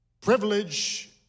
privilege